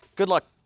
good luck.